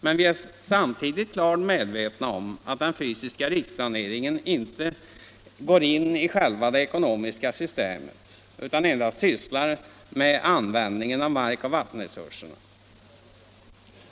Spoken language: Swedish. Men vi är sam — Nr 13 tidigt klart medvetna om att den fysiska riksplaneringen inte går Torsdagen den in i själva det ekonomiska systemet utan endast sysslar med använd 30 oktober 1975 ningen av markoch vattenresurserna.